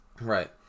Right